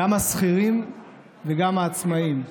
גם השכירים וגם העצמאים.